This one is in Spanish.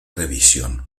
revisión